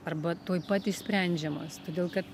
arba tuoj pat išsprendžiamos todėl kad